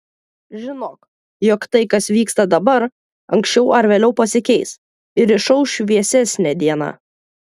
žinok jog tai kas vyksta dabar anksčiau ar vėliau pasikeis ir išauš šviesesnė diena